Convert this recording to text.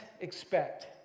expect